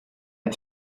are